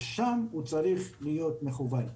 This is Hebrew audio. לשם הוא צריך להיות מכוון.